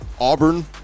Auburn